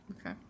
Okay